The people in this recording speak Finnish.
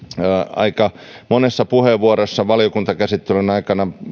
aika monessa puheenvuorossa valiokuntakäsittelyn aikana